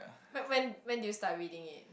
when when when do you start reading it